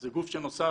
זה גוף שנוסד